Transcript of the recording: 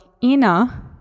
inner